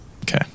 Okay